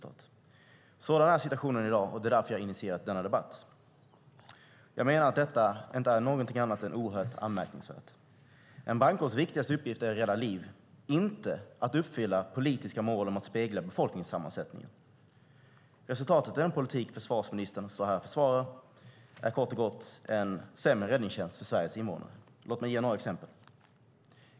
Sådan är situationen i dag. Det är därför jag har initierat denna debatt. Jag menar att detta inte är någonting annat än oerhört anmärkningsvärt. En brandkårs viktigaste uppgift är att rädda liv, inte att uppfylla politiska mål om att spegla befolkningssammansättningen. Resultatet av den politik försvarsministern står här och försvarar är kort och gott en sämre räddningstjänst för Sveriges invånare. Låt mig ge några exempel.